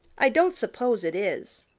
i don't suppose it is.